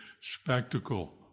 spectacle